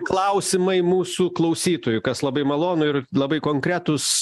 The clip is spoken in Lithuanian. klausimai mūsų klausytojų kas labai malonu ir labai konkretūs